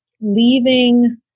leaving